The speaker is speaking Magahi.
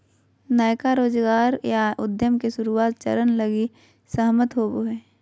नयका रोजगार या उद्यम के शुरुआत चरण लगी सहमत होवो हइ